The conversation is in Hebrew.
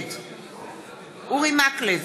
נגד אורי מקלב,